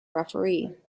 referee